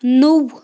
نوٚو